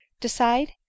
decide